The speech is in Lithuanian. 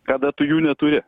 kada tu jų neturi